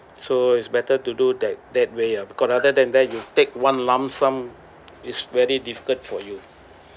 so it's better to do that that way ah because rather than that you take one lump sum is very difficult for you